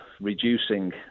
reducing